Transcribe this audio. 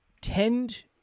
tend